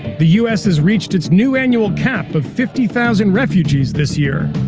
the u s. has reached its new annual cap of fifty thousand refugees this year,